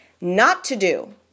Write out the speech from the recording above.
Not-to-do